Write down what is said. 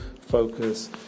focus